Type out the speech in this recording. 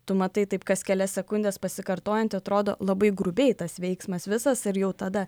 tu matai taip kas kelias sekundes pasikartojant atrodo labai grubiai tas veiksmas visas ir jau tada